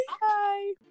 Bye